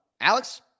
Alex